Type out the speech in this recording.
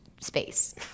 space